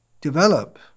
develop